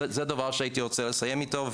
זה דבר שהייתי רוצה לסיים איתו,